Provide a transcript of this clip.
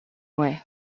way